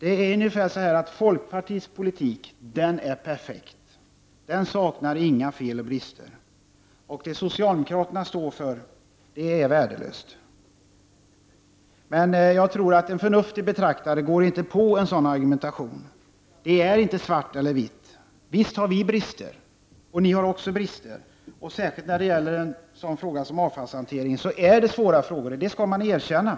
Enligt honom är folkpartiets politik perfekt och saknar alla fel och brister. Det socialdemokraterna står för är värdelöst. Jag tror att en förnuftig betraktare inte går på en sådan argumentation. Det är inte svart eller vitt. Visst har vi brister. Ni har också brister. Frågor som gäller avfallshantering är svåra, det skall man erkänna.